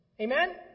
Amen